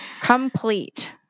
Complete